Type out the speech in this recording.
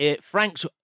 Frank's